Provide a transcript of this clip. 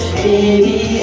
baby